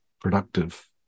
productive